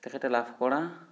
তেখেতে লাভ কৰা